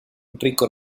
rico